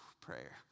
prayer